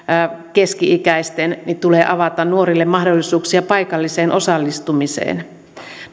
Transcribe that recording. keski ikäisten tulee avata nuorille mahdollisuuksia paikalliseen osallistumiseen